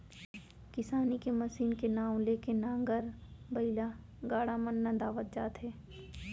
किसानी के मसीन के नांव ले के नांगर, बइला, गाड़ा मन नंदावत जात हे